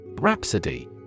Rhapsody